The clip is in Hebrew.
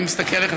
אני מסתכל עליך,